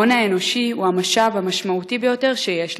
ההון האנושי הוא המשאב המשמעותי ביותר שיש לנו,